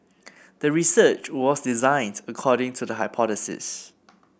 the research was designed according to the hypothesis